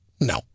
No